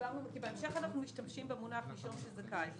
בהמשך אנחנו משתמשים במונח "נישום שזכאי".